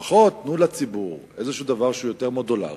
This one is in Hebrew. לפחות תנו לציבור איזשהו דבר שהוא יותר מודולרי.